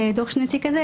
בדוח שנתי כזה,